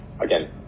again